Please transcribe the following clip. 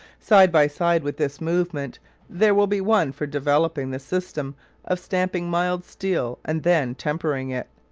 side by side with this movement there will be one for developing the system of stamping mild steel and then tempering it.